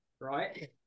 right